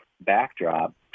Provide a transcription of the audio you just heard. backdrop